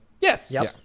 Yes